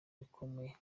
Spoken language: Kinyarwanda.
rikomeye